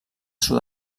sud